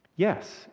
Yes